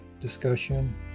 discussion